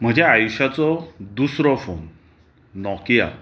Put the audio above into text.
म्हज्या आयुश्याचो दुसरो फोन नोकिया